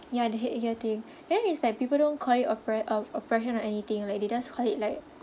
ya the headgear thing then it's like people don't call it oppre~ uh oppression or anything like they just call it like